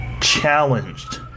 challenged